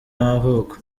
y’amavuko